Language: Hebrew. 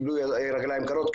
קיבלו רגליים קרות,